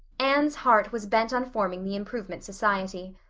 anne's heart was bent on forming the improvement society.